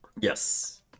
Yes